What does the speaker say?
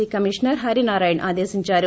see commissioner హరినారాయణస్ ఆదేశించారు